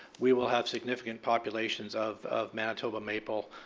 we will have significant populations of of manitoba maple,